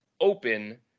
open